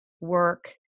work